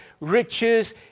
riches